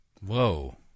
Whoa